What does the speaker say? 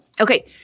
Okay